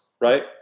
right